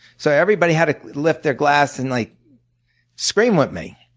so everybody had to lift their glass and like scream with me.